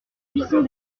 buisson